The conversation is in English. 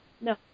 No